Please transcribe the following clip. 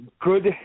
good